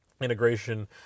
integration